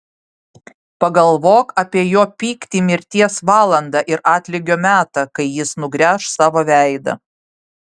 pagalvok apie jo pyktį mirties valandą ir atlygio metą kai jis nugręš savo veidą